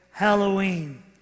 Halloween